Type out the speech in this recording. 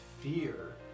fear